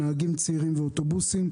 נהגים צעירים ואוטובוסים,